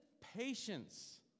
patience